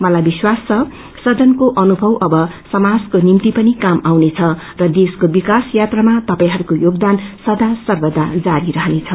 मलाई विश्वास छ सदनको अनुभव अब समाजको निम्ति पनि काम आउनेछ र देशको विकास यात्रामा तपाईहरूको योगदान सया सर्वया जारी रहनेछ